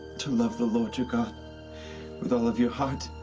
to love the lord your god with all of your heart,